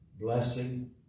Blessing